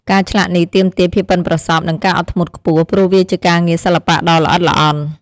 ការឆ្លាក់នេះទាមទារភាពប៉ិនប្រសប់ និងការអត់ធ្មត់ខ្ពស់ ព្រោះវាជាការងារសិល្បៈដ៏ល្អិតល្អន់។